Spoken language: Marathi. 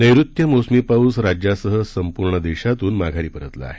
नैऋत्य मोसमी पाऊस राज्यासह संपूर्ण देशातून माघारी परतला आहे